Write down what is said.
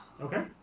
Okay